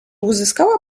uzyskała